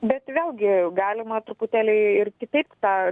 bet vėlgi galima truputėlį ir kitaip tą